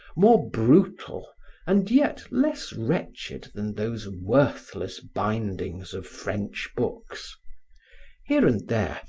more brutal and yet less wretched than those worthless bindings of french books here and there,